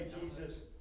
Jesus